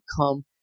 come